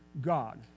God